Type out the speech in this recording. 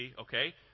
okay